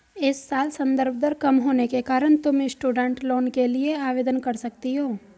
इस साल संदर्भ दर कम होने के कारण तुम स्टूडेंट लोन के लिए आवेदन कर सकती हो